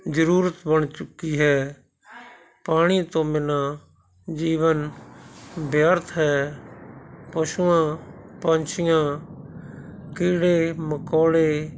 ਜ਼ਰੂਰਤ ਬਣ ਚੁੱਕੀ ਹੈ ਪਾਣੀ ਤੋਂ ਬਿਨ੍ਹਾਂ ਜੀਵਨ ਬੇਅਰਥ ਹੈ ਪਸ਼ੂਆਂ ਪੰਛੀਆਂ ਕੀੜੇ ਮਕੌੜੇ